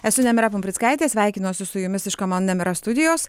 esu nemira pumprickaitė sveikinuosi su jumis iš kamon nemira studijos